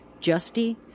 Justy